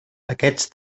aquests